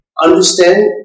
understand